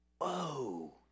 Whoa